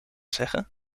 zeggen